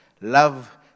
love